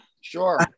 Sure